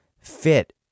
fit